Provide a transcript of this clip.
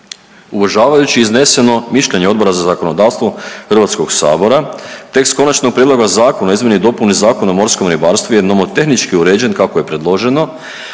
Uvažavajući izneseno mišljenje Odbora za zakonodavstvo HS-a tekst konačnog prijedloga zakona o izmjenama i dopuni Zakona o morskom ribarstvu, je nomotehnički uređen kako je predloženo,